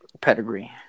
pedigree